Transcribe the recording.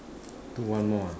do one more ah